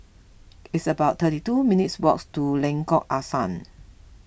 it's about thirty two minutes' walks to Lengkok Angsa